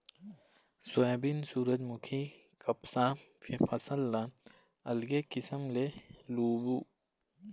soybean, सूरजमूखी, कपसा के फसल ल अलगे किसम ले लूबे